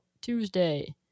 Tuesday